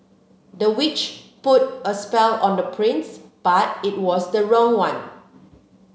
the witch put a spell on the prince but it was the wrong one